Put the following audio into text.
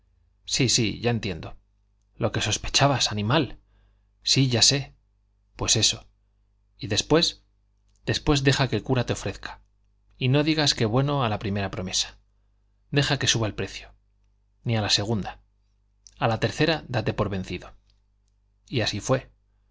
sí sí ya entiendo lo que sospechabas animal sí ya sé pues eso y después después deja que el cura te ofrezca y no digas que bueno a la primer promesa deja que suba el precio ni a la segunda a la tercera date por vencido y así fue